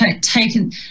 taken